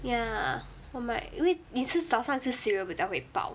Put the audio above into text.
ya 我买因为你吃早餐吃 cereal 比较会饱